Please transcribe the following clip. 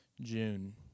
June